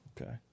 Okay